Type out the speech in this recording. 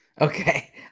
Okay